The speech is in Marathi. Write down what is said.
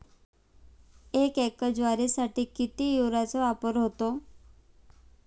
एक एकर ज्वारीसाठी किती युरियाचा वापर होतो?